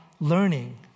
learning